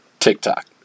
TikTok